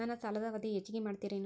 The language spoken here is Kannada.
ನನ್ನ ಸಾಲದ ಅವಧಿ ಹೆಚ್ಚಿಗೆ ಮಾಡ್ತಿರೇನು?